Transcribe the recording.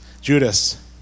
Judas